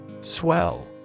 Swell